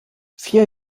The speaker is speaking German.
vier